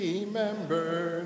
Remember